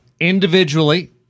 individually